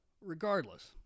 Regardless